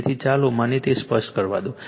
તેથી ચાલો મને તે સ્પષ્ટ કરવા દો